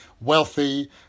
wealthy